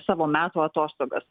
savo metų atostogas